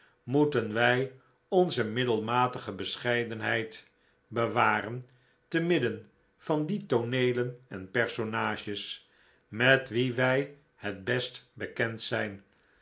moeten wij onze middelmatige bescheidenheid bewaren te midden van die tooneelen en personages met wie wij het best bekend zijn